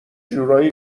جورایی